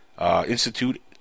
Institute